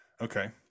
okay